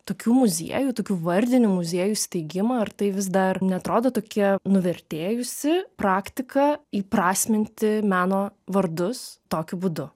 tokių muziejų tokių vardinių muziejų steigimą ar tai vis dar neatrodo tokia nuvertėjusi praktika įprasminti meno vardus tokiu būdu